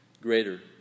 greater